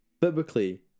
biblically